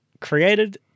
created